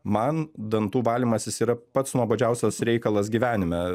man dantų valymasis yra pats nuobodžiausias reikalas gyvenime